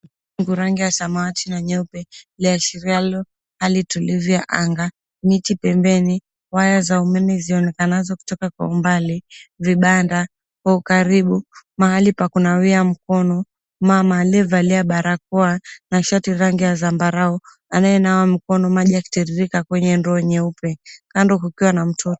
Wingu rangi ya samawati na nyeupe liashirialo hali tulivu ya anga. Miti pembeni, waya za umeme zionekanazo kutoka kwa umbali. Vibanda kwa ukaribu, mahali pa kunawia mkono, mama aliyevalia barakoa na shati rangi ya zambarau, anayenawa mikono maji yakitiririka kwenye ndoa nyeupe. Kando kukiwa na mtoto.